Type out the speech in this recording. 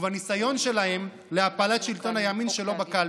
והניסיון שלהם להפלת שלטון הימין שלא בקלפי,